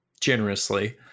generously